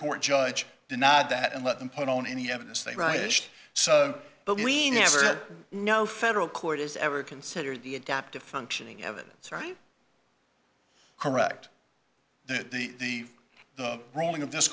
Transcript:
court judge denied that and let them put on any evidence they write so but we never know federal court is ever considered the adaptive functioning evidence right correct that the ruling of this